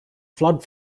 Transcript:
flood